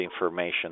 information